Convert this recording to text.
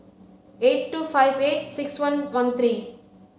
eight two five eight six one one three